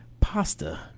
pasta